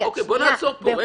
נעצור פה.